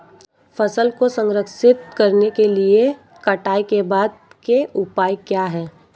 फसल को संरक्षित करने के लिए कटाई के बाद के उपाय क्या हैं?